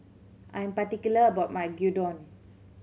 I'm particular about my Gyudon